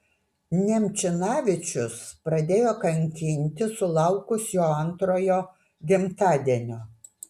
nemčinavičius pradėjo kankinti sulaukus jo antrojo gimtadienio